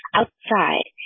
outside